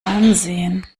ansehen